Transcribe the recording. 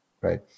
right